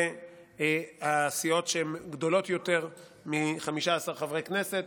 והסיעות שגדולות יותר מ-15 חברי כנסת